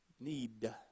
Need